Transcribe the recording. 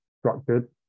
structured